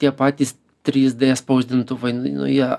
tie patys trys d spausdintuvai nu nu jie